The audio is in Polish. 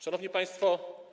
Szanowni Państwo!